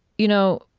you know,